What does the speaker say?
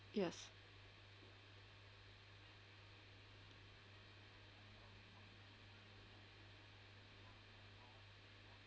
yes